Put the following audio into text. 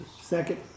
Second